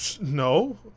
No